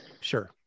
Sure